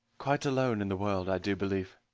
quite alone in the world, i do believe.